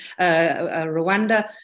Rwanda